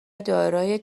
دارای